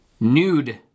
Nude